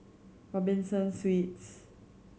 Robinson Suites